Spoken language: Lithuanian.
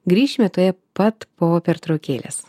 grįšime tuoj pat po pertraukėlės